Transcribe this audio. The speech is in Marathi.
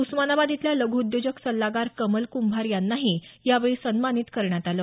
उस्मानाबाद इथल्या लघु उद्योजक सल्लागार कमल कुंभार यांनाही यावेळी सन्मानित करण्यात आलं